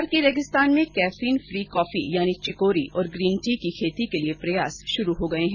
थार के रेगिस्तान में कैफीन फ्री कॉफी यानी चिकोरी और ग्रीन टी की खेती के लिए प्रयास शुरू हो गए हैं